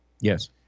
Yes